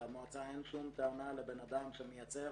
למועצה אין שום טענה לבן אדם שמייצר